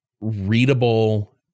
readable